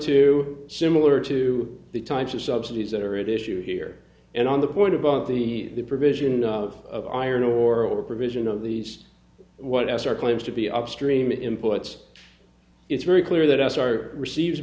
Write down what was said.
to similar to the types of subsidies that are at issue here and on the point about the provision of iron ore or provision of these what else are claims to be upstream inputs it's very clear that as our receive